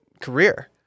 career